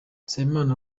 nsabimana